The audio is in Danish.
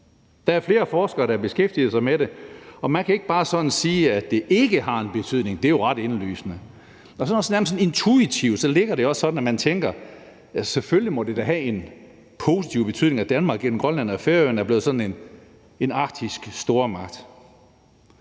Der er flere forskere, der beskæftiger sig med det, og man kan ikke bare sådan sige, at det ikke har en betydning. Det er jo ret indlysende. Og nærmest sådan intuitivt ligger det også sådan, at man tænker: Ja, selvfølgelig må det da have en positiv betydning, at Danmark gennem Grønland og Færøerne er blevet sådan en arktisk stormagt,